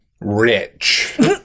rich